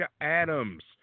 Adams